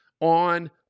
on